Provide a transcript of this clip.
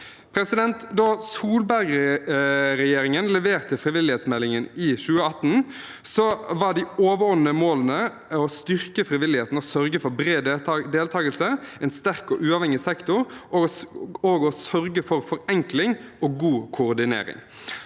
kår. Da Solberg-regjeringen leverte frivillighetsmeldingen i 2018, var de overordnede målene å styrke frivilligheten gjennom å sørge for bred deltakelse, en sterk og uavhengig sektor, forenkling og god koordinering.